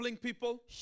people